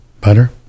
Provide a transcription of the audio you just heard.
butter